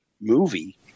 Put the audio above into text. movie